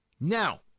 Now